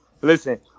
Listen